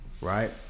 right